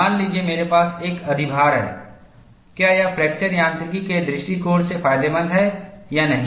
मान लीजिए मेरे पास एक अधिभार है क्या यह फ्रैक्चर यांत्रिकी के दृष्टिकोण से फायदेमंद है या नहीं